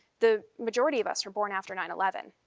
the majority of us were born after nine eleven.